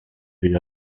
the